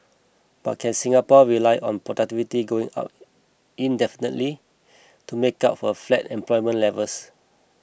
but can Singapore rely on productivity going up indefinitely to make up for flat employment levels